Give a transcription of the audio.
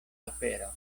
afero